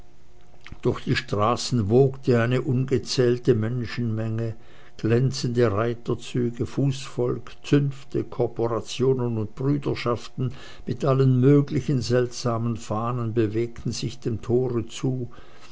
durch die straßen wogte eine ungezählte menschenmenge glänzende reiterzüge fußvolk zünfte korporationen und brüderschaften mit allen möglichen seltsamen fahnen bewegten sich dem tore zu